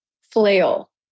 flail